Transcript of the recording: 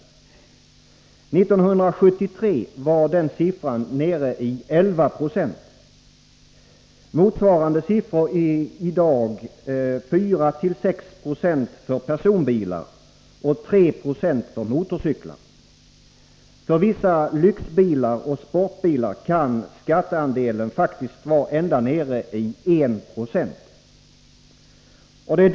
1973 var den siffran nere i 11 96. Motsvarande siffror är i dag 4-6 90 för personbilar och 3 96 för motorcyklar. För vissa lyxbilar och sportbilar kan skatteandelen vara ända nere i 1 96.